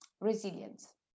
Resilience